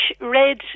red